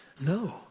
No